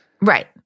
Right